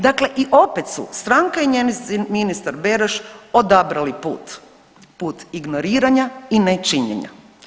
Dakle, i opet su stranka i njezin ministar Beroš odabrali put, put ignoriranja i nečinjenja.